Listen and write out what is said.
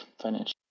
Financial